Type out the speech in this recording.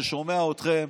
ששומע אתכם